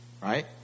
Right